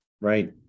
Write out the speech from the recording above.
Right